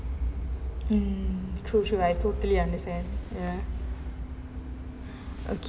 hmm true true I totally understand ya okay